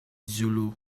zulu